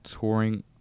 touring